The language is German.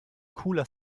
cooler